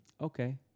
Okay